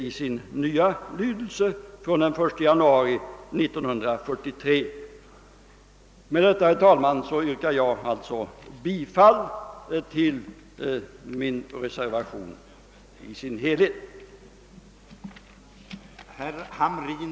Med det anförda, herr talman, yrkar jag bifall till min reservation 1 i dess helhet.